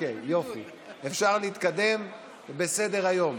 אפשר להתקדם בסדר-היום.